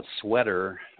sweater